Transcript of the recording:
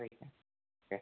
okay